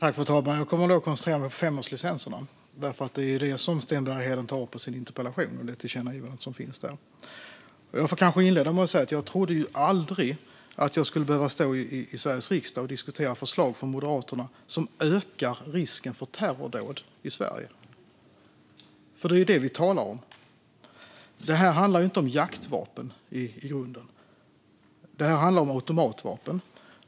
Fru talman! Jag kommer att koncentrera mig på femårslicenserna eftersom det är dem och det tillkännagivande som finns där som Sten Bergheden tar upp i sin interpellation. Jag får kanske inleda med att säga att jag aldrig trodde att jag skulle behöva stå i Sveriges riksdag och diskutera förslag från Moderaterna som ökar risken för terrordåd i Sverige. För det är det vi talar om. Detta handlar inte i grunden om jaktvapen utan om automatvapen.